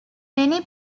many